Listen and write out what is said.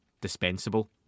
dispensable